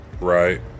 Right